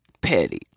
petty